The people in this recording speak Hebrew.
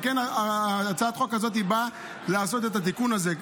על כן, הצעת החוק הזאת באה לעשות את התיקון הזה.